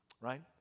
Right